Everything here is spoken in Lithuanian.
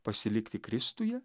pasilikti kristuje